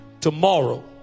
tomorrow